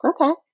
Okay